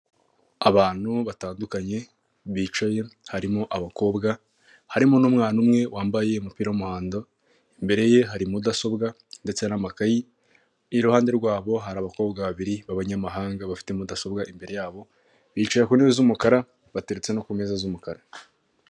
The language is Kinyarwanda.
Abantu batandukanye bicaye harimo abakobwa harimo n'umwana umwe wambaye umupira w'umuhondo, imbere ye hari mudasobwa ndetse n'amakayi, iruhande rwabo hari abakobwa babiri b'abanyamahanga bafite mudasobwa imbere yabo, bicaye ku ntebe z'umukara baterutse no ku meza z'umukara.